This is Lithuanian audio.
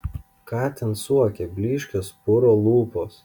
ką ten suokia blyškios puro lūpos